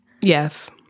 Yes